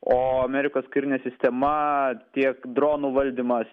o amerikos karinė sistema tiek dronų valdymas